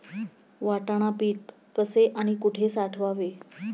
वाटाणा पीक कसे आणि कुठे साठवावे?